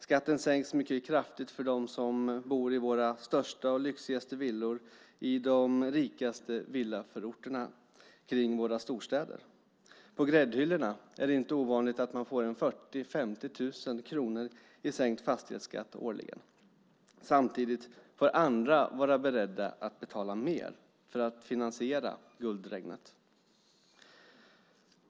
Skatten sänks mycket kraftigt för dem som bor i de största och lyxigaste villorna i de rikaste villaförorterna kring våra storstäder. På gräddhyllorna är det inte ovanligt att man får 40 000-50 000 kronor i sänkt fastighetsskatt årligen. Samtidigt får andra vara beredda att betala mer för att finansiera guldregnet.